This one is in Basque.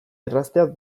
erraztea